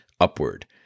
upward